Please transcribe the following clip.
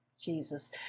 Jesus